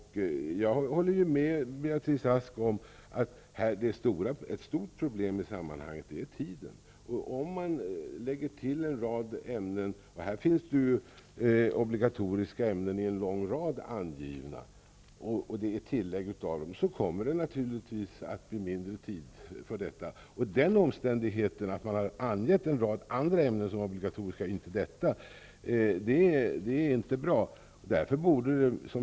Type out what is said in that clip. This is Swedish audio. Jag håller med Beatrice Ask om att tiden är ett stort problem i sammanhanget. Om man lägger till en rad ämnen -- det finns en lång rad obligatoriska ämnen angivna -- kommer tiden naturligtvis att bli knapp. Omständigheten att man har angett en rad andra ämnen som obligatoriska ämnen men inte detta är inte bra.